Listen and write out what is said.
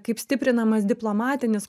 kaip stiprinamas diplomatinis